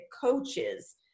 coaches